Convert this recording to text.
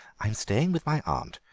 i'm staying with my aunt,